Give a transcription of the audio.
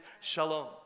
shalom